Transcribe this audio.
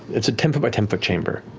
it's a ten foot by ten foot chamber.